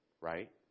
Right